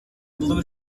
blue